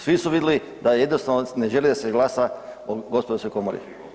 Svi su vidjeli da jednostavno ne želi da se glasa o Gospodarskoj komori.